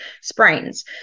sprains